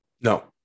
No